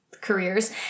careers